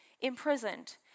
imprisoned